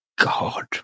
God